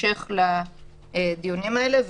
המשך לדיונים האלה.